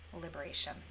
liberation